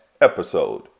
episode